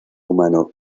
humano